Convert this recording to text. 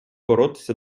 боротися